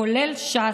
כולל ש"ס,